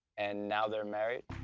and now they're married.